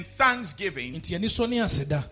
thanksgiving